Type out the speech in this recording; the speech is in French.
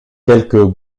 quelques